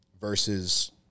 versus